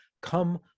Come